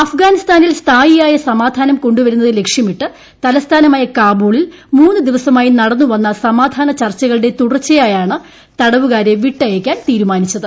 അഫ്ഗാനിസ്ഥാനിൽ സ്ഥായിയായ സമാധാനം കൊണ്ടുവരുന്നത് ലക്ഷ്യമിട്ട് തലസ്ഥാനമായ കാബൂളിൽ മൂന്ന് ദിവസമായി നടന്നുവന്ന സമാധാന ചർച്ചകളുടെ തുടർച്ചയായാണ് തടവുകാരെ വിട്ടയയ്ക്കാൻ തീരുമാനിച്ചത്